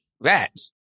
rats